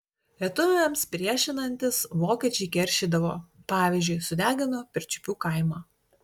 lietuviams priešinantis vokiečiai keršydavo pavyzdžiui sudegino pirčiupių kaimą